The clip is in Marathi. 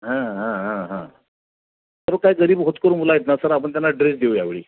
हां हां हां हां तर काय गरीब होतकरू मुलं आहेत ना तर आपण त्यांना ड्रेस देऊ या वेळी